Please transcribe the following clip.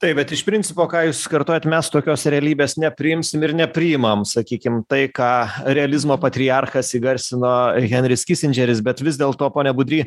taip bet iš principo ką jūs kartojat mes tokios realybės nepriimsim ir nepriimam sakykim tai ką realizmo patriarchas įgarsino henris kisindžeris bet vis dėlto pone budry